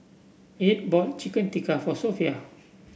Edd bought Chicken Tikka for Sophia